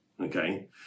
Okay